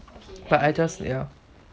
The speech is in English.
but I just ya